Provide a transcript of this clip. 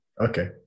Okay